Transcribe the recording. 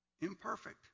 imperfect